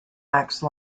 axe